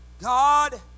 God